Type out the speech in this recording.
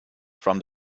from